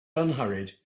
unhurried